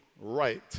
right